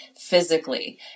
physically